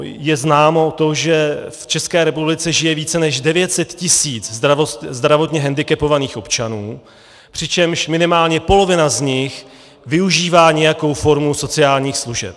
Je známo to, že v České republice žije více než 900 tis. zdravotně hendikepovaných občanů, přičemž minimálně polovina z nich využívá nějakou formu sociálních služeb.